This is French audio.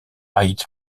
aït